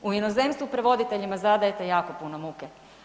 U inozemstvu prevoditeljima zadajete jako puno muke.